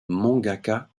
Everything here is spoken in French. mangaka